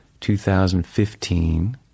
2015